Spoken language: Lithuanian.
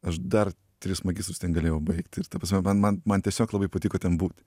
aš dar tris magistrus ten galėjau baigt ir ta prasme man man man tiesiog labai patiko ten būt